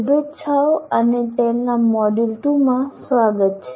શુભેચ્છાઓ અને ટેલ ના મોડ્યુલ2 માં સ્વાગત છે